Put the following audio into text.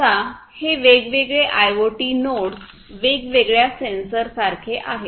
समजा हे वेगवेगळे आयओटी नोड्स वेगवेगळ्या सेन्सरसारखे आहेत